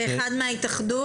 ואחד מההתאחדות?